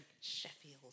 Sheffield